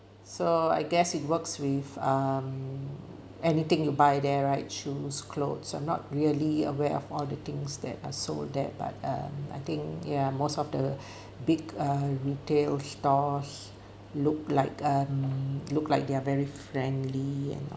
so I guess it works with um anything you buy there right shoes clothes I'm not really aware of all the things that are sold there but um I think ya most of the big uh retail stores look like um look like they're very friendly and